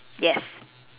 yes